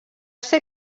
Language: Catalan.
ser